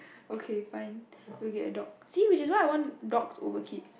okay fine we will get a dog see which is why I want dogs over kids